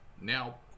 Now